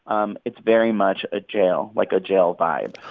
um it's very much a jail like, a jail vibe.